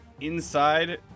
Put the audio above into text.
Inside